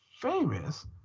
famous